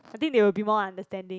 I think they will be more understanding